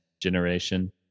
generation